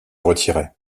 retirait